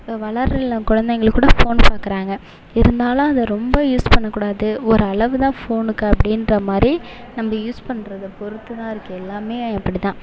வளரிளம் குழந்தைங்களுக்கு கூட ஃபோன் பாக்கிறாங்க இருந்தாலும் அதை ரொம்ப யூஸ் பண்ண கூடாது ஓரு அளவுதான் ஃபோனுக்கு அப்படின்ற மாதிரி நம்ம யூஸ் பண்ணுறத பொருத்துதான் இருக்கு எல்லாம் அப்படிதான்